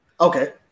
Okay